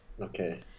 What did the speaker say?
Okay